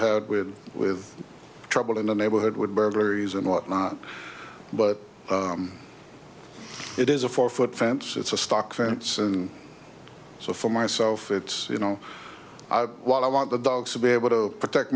had with with trouble in the neighborhood would burglaries and whatnot but it is a four foot fence it's a stock fence and so for myself it's you know what i want the dogs to be able to protect